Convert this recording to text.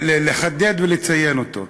לחדד ולציין אותו: